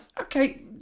okay